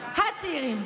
ה-צעירים,